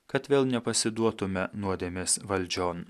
kad vėl nepasiduotume nuodėmės valdžion